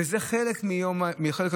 וזה חלק מהאשפוז.